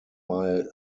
mile